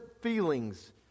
feelings